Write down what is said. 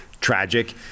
tragic